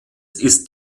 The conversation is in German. ist